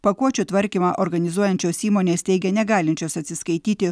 pakuočių tvarkymą organizuojančios įmonės teigia negalinčios atsiskaityti